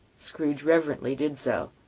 scrooge reverently did so.